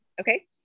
Okay